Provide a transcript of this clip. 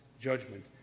judgment